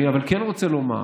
אני כן רוצה לומר